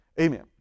amen